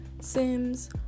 Sims